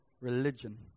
religion